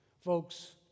folks